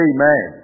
Amen